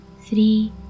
three